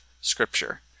scripture